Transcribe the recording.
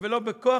ולא בכוח.